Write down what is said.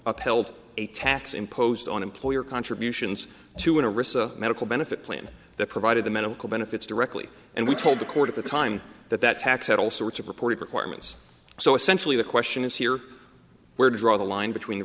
upheld a tax imposed on employer contributions to a risk medical benefit plan that provided the medical benefits directly and we told the court at the time that that tax had all sorts of reporting requirements so essentially the question is here where to draw the line between the